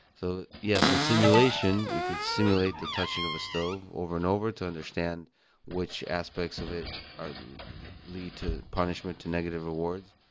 so yes, in simulation, you can simulate the touching of the stove over and over to understand which aspects of it ah lead to punishment to negative rewards,